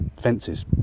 fences